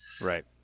Right